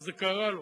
איך זה קרה לו.